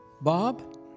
Bob